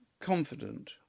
confident